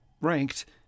ranked